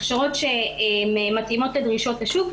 הכשרות שמתאימות לדרישות השוק,